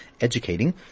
educating